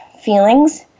feelings